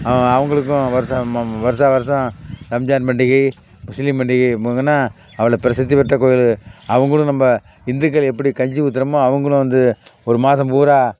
அவங்களுக்கு வருஷம் ம வருஷா வருஷம் ரம்ஜான் பண்டிகை முஸ்லீம் பண்டிகை மொதனால் அவ்வளோ பிரசித்திப் பெற்ற கோயில் அவங்களும் நம்ம ஹிந்துக்கள் எப்படி கஞ்சி ஊற்றுறோமோ அவங்களும் வந்து ஒரு மாதம் பூரா